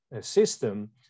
system